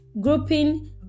grouping